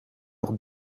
nog